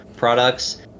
products